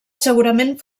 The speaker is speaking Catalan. segurament